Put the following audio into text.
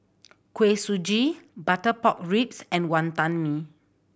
Kuih Suji butter pork ribs and Wonton Mee